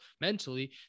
mentally